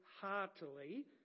heartily